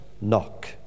knock